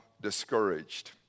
discouraged